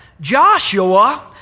Joshua